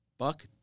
Buck